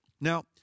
Now